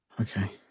Okay